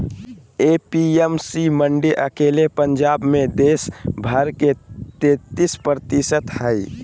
APMC मंडी अकेले पंजाब मे देश भर के तेतीस प्रतिशत हई